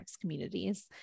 communities